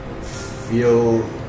feel